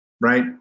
right